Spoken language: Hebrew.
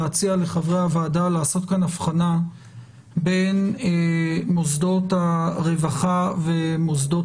להציע לחברי הוועדה לעשות כאן הבחנה בין מוסדות הרווחה ומוסדות